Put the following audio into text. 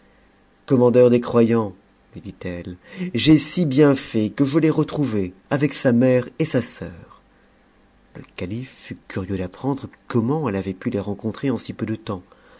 commandeur des croyants lui dit-elle j'ai si bien fait que je l'ai retrouvé avec sa mère et sa sœur le calife fut curieux d'apprendre comment eue avait pu les rencontrer en si peu de temps